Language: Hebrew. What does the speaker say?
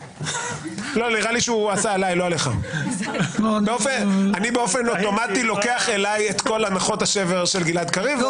--- אני באופן אוטומטי לוקח אלי את כל אנחות השבר של גלעד קריב.